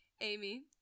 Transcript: Amy